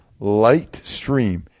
lightstream